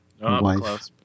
wife